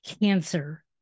Cancer